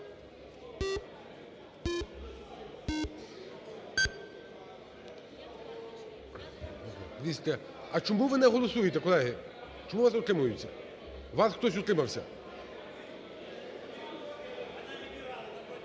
За-203 А чому ви не голосуєте, колеги? Чому у вас утримуються? У вас хтось утримався.